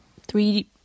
three